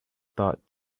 thought